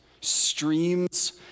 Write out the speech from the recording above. streams